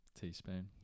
teaspoon